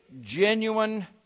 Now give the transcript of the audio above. genuine